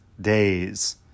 days